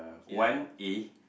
one A